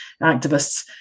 activists